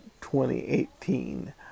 2018